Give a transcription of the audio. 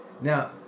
Now